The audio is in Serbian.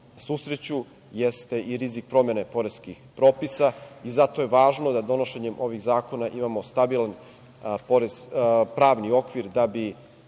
susreću jeste i rizik promene poreskih propisa. Zato je važno da donošenjem ovih zakona imamo stabilan pravni okvir da bi